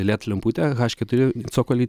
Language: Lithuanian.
led lemputę haš keturi cokolį